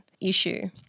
issue